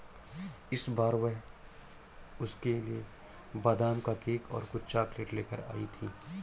इस बार वह उसके लिए बादाम का केक और कुछ चॉकलेट लेकर आई थी